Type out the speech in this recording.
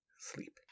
sleep